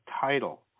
title